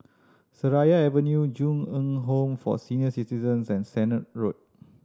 Seraya Avenue Ju Eng Home for Senior Citizens and Sennett Road